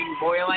boiling